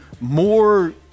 more